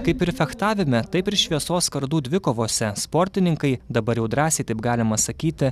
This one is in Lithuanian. kaip ir fechtavime taip ir šviesos kardų dvikovose sportininkai dabar jau drąsiai taip galima sakyti